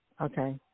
Okay